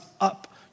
up